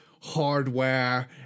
Hardware